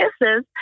kisses